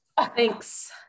thanks